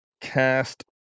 cast